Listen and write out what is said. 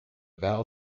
val